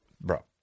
Bro